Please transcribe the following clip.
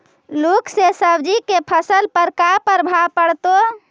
लुक से सब्जी के फसल पर का परभाव पड़तै?